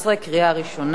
בקריאה ראשונה.